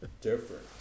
Different